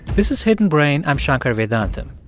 this is hidden brain. i'm shankar vedantam.